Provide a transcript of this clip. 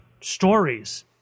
stories